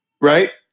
right